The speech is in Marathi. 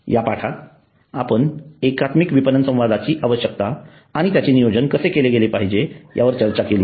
या पाठात आपण एकात्मिक विपणन संवादाची आवश्यकता आणि त्याचे नियोजन कसे केले पाहिजे यावर चर्चा केली आहे